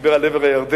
שדיבר על עבר הירדן,